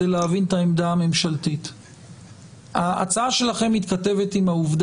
ובכל זאת ועל אף ההמלצות האלה אנחנו חורגים